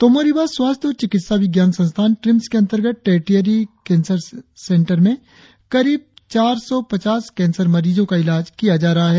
तोमो रिबा स्वास्थ्य और चिकित्सा विज्ञान संस्थान ट्रिम्स के अंतर्गत टैरटियरी कैंसर सेंटर में करीब चार सौ पचास कैंसर मरिजों का इलाज किया जा रहा है